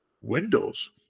windows